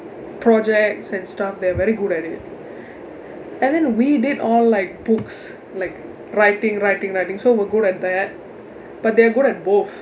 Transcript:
projects and stuff they're very good at it and then we did all like books like writing writing writing so we're good at that but they're good at both